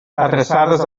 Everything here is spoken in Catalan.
adreçades